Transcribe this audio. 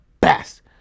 best